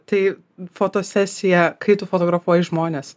tai fotosesija kai tu fotografuoji žmones